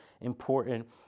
important